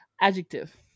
adjective